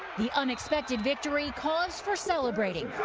the unexpected victory cause for celebrating.